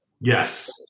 Yes